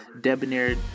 debonair